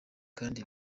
kandi